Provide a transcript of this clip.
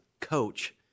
coach